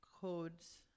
codes